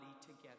together